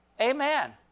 Amen